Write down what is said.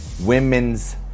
Women's